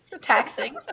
Taxing